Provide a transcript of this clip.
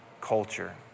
culture